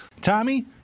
Tommy